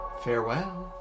Farewell